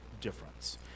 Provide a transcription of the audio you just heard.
difference